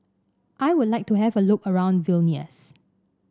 I would like to have a look around Vilnius